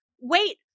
Wait